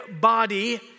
body